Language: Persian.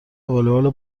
والیبال